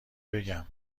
بگم